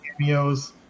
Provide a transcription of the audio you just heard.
cameos